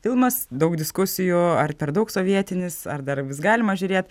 filmas daug diskusijų ar per daug sovietinis ar dar vis galima žiūrėt